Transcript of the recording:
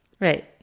Right